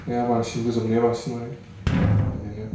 हाया बांसिन बोजबनाया बांसिन मोनो बेदिनो